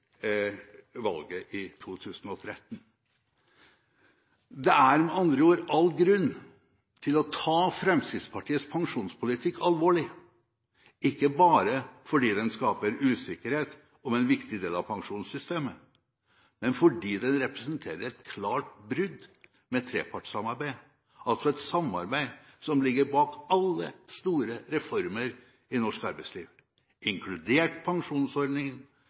valget i 2013. Det er med andre ord all grunn til å ta Fremskrittspartiets pensjonspolitikk alvorlig. Ikke bare fordi den skaper usikkerhet om en viktig del av pensjonssystemet, men fordi den representerer et klart brudd med trepartssamarbeidet – altså et samarbeid som ligger bak alle store reformer i norsk arbeidsliv, inkludert pensjonsordningen